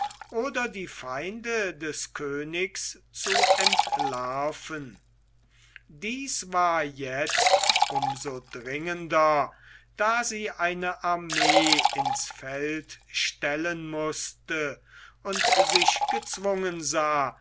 oder die feinde des königs zu entlarven dies war jetzt um so dringender da sie eine armee ins feld stellen mußte und sich gezwungen sah